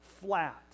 flat